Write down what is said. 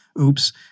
Oops